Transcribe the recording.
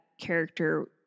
character